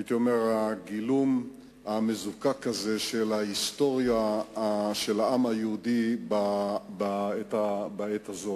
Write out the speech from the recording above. הייתי אומר הגילום המזוקק הזה של ההיסטוריה של העם היהודי בעת הזאת,